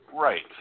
Right